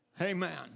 Amen